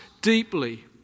deeply